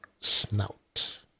Snout